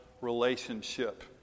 relationship